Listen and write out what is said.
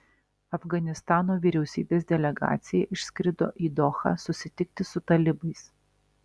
afganistano vyriausybės delegacija išskrido į dohą susitikti su talibais